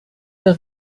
der